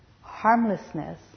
harmlessness